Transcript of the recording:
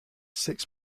six